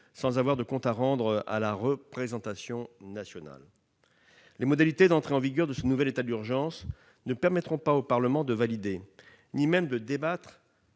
n'aient de comptes à rendre à la représentation nationale. Les modalités d'entrée en vigueur de ce nouvel état d'urgence ne permettront pas au Parlement de le valider, ni même d'en débattre